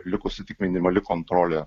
likusi tik minimali kontrolė